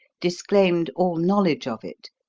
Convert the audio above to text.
disclaimed all knowledge of it,